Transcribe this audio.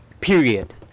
period